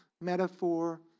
metaphor